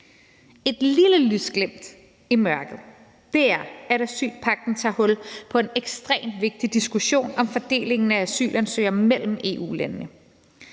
Et lille lysglimt i mørket er, at asylpagten tager hul på en ekstremt vigtig diskussion om fordelingen af asylansøgere mellem EU-landene.